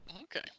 Okay